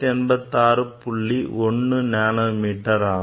1 nanometre ஆகும்